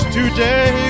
today